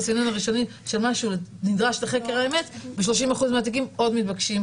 הסינון הראשוני שמשהו נדרש לחקר האמת ב-30%מהתקים עוד מבקשים